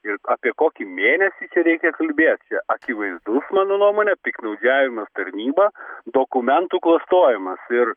ir apie kokį mėnesį čia reikia kalbėt čia akivaizdus mano nuomone piktnaudžiavimas tarnyba dokumentų klastojimas ir